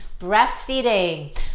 Breastfeeding